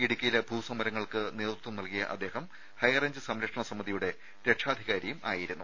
ഇടുക്കിയിലെ ഭൂസമരങ്ങൾക്ക് നേതൃത്വം നൽകിയ അദ്ദേഹം ഹൈറേഞ്ച് സംരക്ഷണ സമിതിയുടെ രക്ഷാധികാരി ആയിരുന്നു